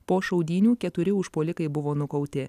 po šaudynių keturi užpuolikai buvo nukauti